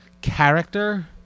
character